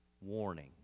warning